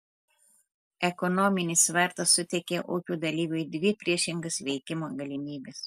ekonominis svertas suteikia ūkio dalyviui dvi priešingas veikimo galimybes